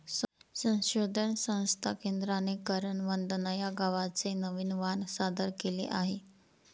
संशोधन संस्था केंद्राने करण वंदना या गव्हाचे नवीन वाण सादर केले आहे